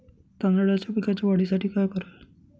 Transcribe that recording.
तांदळाच्या पिकाच्या वाढीसाठी काय करावे?